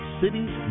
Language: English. cities